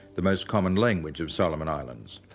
the most common language of solomon islands.